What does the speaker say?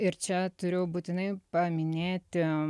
ir čia turiu būtinai paminėti